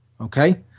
Okay